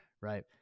right